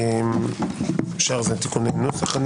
השאר זה תיקוני נוסח.